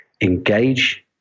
engage